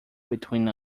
between